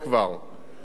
יש קטע אחד